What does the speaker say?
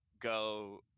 go